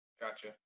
Gotcha